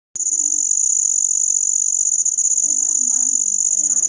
ద్రవ్యోల్బణమనేది వస్తుసేవల ధరలో నిలకడైన పెరుగుదల సూపిస్తాది